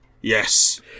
Yes